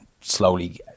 slowly